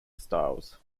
styles